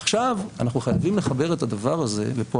עכשיו אנחנו חייבים לחבר את הדבר הזה ופה